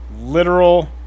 literal